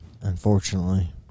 Unfortunately